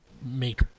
make